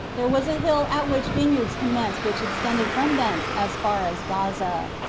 there was a hill at which vineyards commenced which extended from thence as far as gaza.